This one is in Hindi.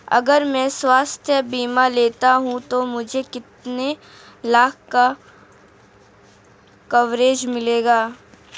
अगर मैं स्वास्थ्य बीमा लेता हूं तो मुझे कितने लाख का कवरेज मिलेगा?